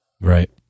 Right